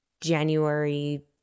January